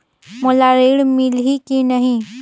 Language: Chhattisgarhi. मोला ऋण मिलही की नहीं?